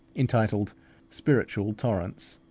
entitled spiritual torrents.